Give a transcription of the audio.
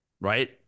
right